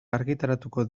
argitaratuko